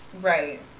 Right